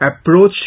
approach